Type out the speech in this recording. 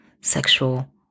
sexual